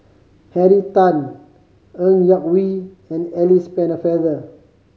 Henry Tan Ng Yak Whee and Alice Pennefather